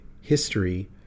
history